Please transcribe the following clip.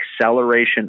acceleration